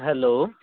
hello